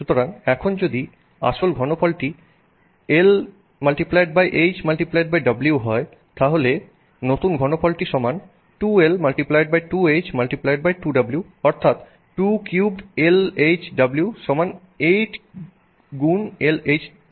সুতরাং এখন যদি আসল ঘনফলটি L×H×W হয় তাহলে নতুন ঘনফলটি সমান 2L×2H×2W অর্থাৎ 2 কিউবড L×H×W সমান 8 গুন L×H×W